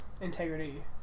integrity